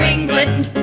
England